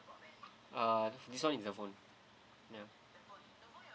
uh this [one] is the phone ya